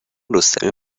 رستمی